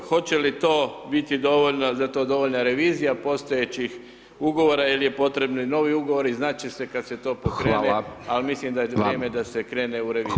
Hoće li to biti dovoljno, za to dovoljna revizija postojećih Ugovora ili je potrebni novi Ugovori, znat će se kad se to [[Upadica: Hvala]] pokrene, ali mislim [[Upadica: vam]] da je vrijeme da se [[Upadica: Hvala vam]] krene u reviziju.